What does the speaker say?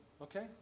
okay